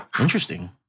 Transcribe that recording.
Interesting